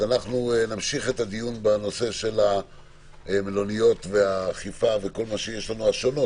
נמשיך את הדיון בנושא של המלוניות והאכיפה וכל ה"שונות",